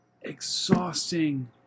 exhausting